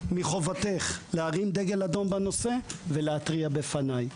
מחובתך להרים דגל אדום בנושא ולהתריע בפניי.